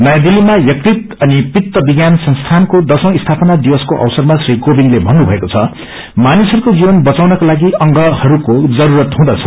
नयाँ दिल्तीमा यकृत अनि पित्त विज्ञान संसीनको दशैं स्थापना दिवसको अवसरामा श्री कोविन्दले भन्नुभएको छ मानिसहरूको जीवन बचाउनका लागि अंगहरूको जरूरत हुँदछ